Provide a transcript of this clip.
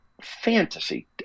fantasy